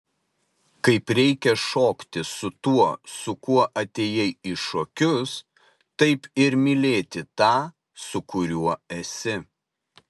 kaip reikia šokti su tuo su kuo atėjai į šokius taip ir mylėti tą su kuriuo esi